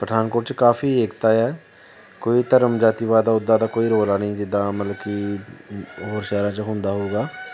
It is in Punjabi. ਪਠਾਨਕੋਟ 'ਚ ਕਾਫੀ ਏਕਤਾ ਆ ਕੋਈ ਧਰਮ ਜਾਤੀਵਾਦ ਦਾ ਉੱਦਾਂ ਦਾ ਕੋਈ ਰੌਲਾ ਨਹੀਂ ਜਿੱਦਾਂ ਮਤਲਬ ਕਿ ਹੋਰ ਸ਼ਹਿਰਾਂ 'ਚ ਹੁੰਦਾ ਹੋਊਗਾ